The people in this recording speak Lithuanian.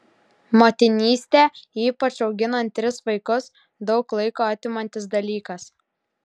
motinystė ypač auginant tris vaikus daug laiko atimantis dalykas